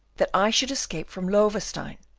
that i should escape from loewestein,